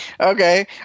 Okay